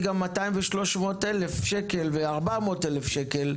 גם 200,000 ו-300,00 ו-400,000 שקלים,